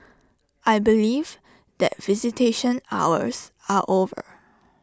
I believe that visitation hours are over